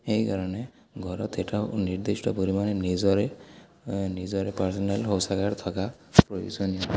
সেইকাৰণে ঘৰত এটা নিৰ্দিষ্ট পৰিমাণে নিজৰে নিজৰে পাৰ্চনেল শৌচাগাৰ থকা প্ৰয়োজনীয়